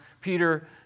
Peter